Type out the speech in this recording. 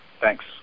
Thanks